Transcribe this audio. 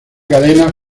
cadena